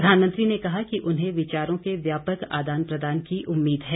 प्रधानमंत्री ने कहा कि उन्हें विचारों के व्यापक आदान प्रदान की उम्मीद है